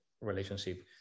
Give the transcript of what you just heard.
relationship